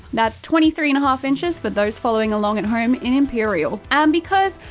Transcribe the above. that's twenty three and a half inches for those following along at home in imperial. and because,